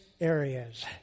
areas